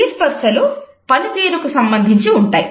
ఈ స్పర్శలు పనితీరుకు సంబంధించి ఉంటాయి